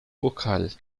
vocal